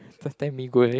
first time mee goreng